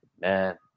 man